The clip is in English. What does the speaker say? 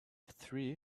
three